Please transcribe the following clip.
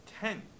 Ten